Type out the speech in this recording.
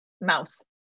mouse